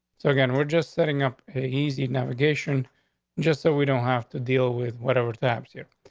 so again, we're just setting up a easy navigation just so we don't have to deal with whatever taps here.